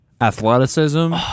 athleticism